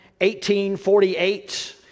1848